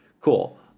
cool